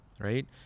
right